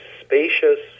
spacious